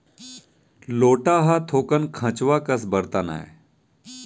लोटा ह थोकन खंचवा कस बरतन आय